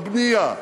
הבנייה,